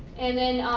and then